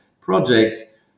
projects